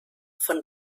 von